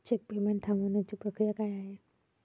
Check payment थांबवण्याची प्रक्रिया काय आहे?